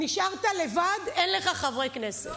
נשארת לבד, אין לך חברי כנסת.